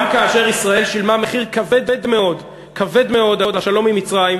גם כאשר ישראל שילמה מחיר כבד מאוד על השלום עם מצרים,